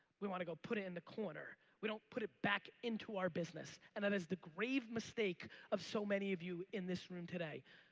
we want to go put in the corner. we don't put it back into our business and that is the grave mistake of so many of you in this room today.